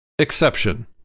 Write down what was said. Exception